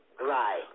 Right